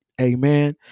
Amen